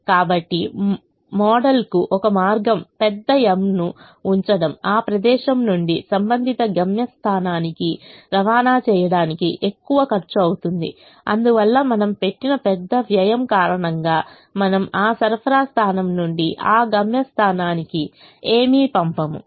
కాబట్టి మోడల్కు ఒక మార్గం పెద్ద M ను ఉంచడంఆ ప్రదేశం నుండి సంబంధిత గమ్యస్థానానికి రవాణా చేయడానికి ఎక్కువఖర్చు అవుతుందిఅందువల్ల మనము పెట్టిన పెద్ద వ్యయం కారణంగా మనము ఆ సరఫరా స్థానం నుండి ఆ గమ్య స్థానానికి ఏమీ పంపము